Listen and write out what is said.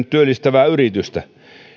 työllistävää yritystä